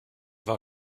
war